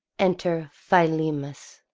enter philemus.